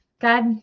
God